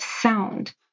sound